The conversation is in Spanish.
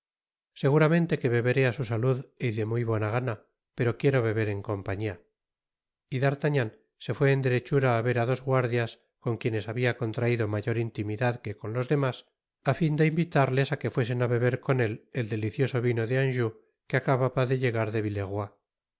seguramente que beberé á su salud y de muy buena gana pero quiero beber en compañia y d'artagnan se fué en derechura á ver á dos guardias con quienes habia contraido mayor intimidad que con los demás á fin de invitarles á que fuesen á beber con él el delicioso vino de anjou que acababa de ttegar de